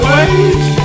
Wait